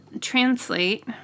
translate